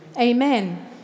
amen